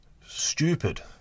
Stupid